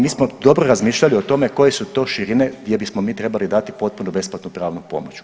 Mi smo dobro razmišljali o tome koje su to širine gdje bismo mi trebali dati potpuno besplatnu pravnu pomoć.